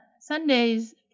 Sundays